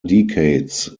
decades